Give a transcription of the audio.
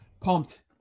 pumped